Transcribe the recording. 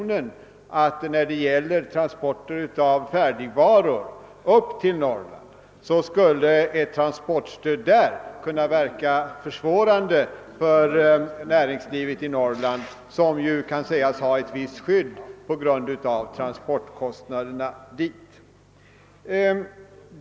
När det däremot gällde transporter av färdigvaror upp till Norrland, påpekades det i motionen, skulle ett transportstöd kunna verka försvårande för näringslivet i Norrland, som kan sägas ha ett visst skydd på grund av transportkostnaderna dit.